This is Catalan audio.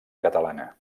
catalana